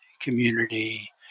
community